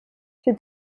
she